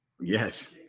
Yes